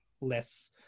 less